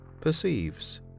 perceives